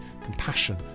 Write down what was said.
compassion